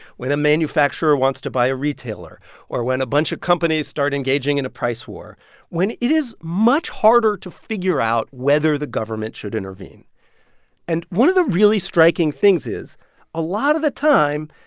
when a manufacturer wants to buy a retailer or when a bunch of companies start engaging in a price war when it is much harder to figure out whether the government should intervene and one of the really striking things is a lot of the time,